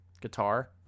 guitar